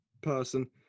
person